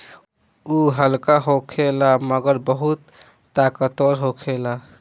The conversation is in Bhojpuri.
उ हल्का होखेला मगर बहुत ताकतवर होखेला